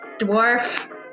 dwarf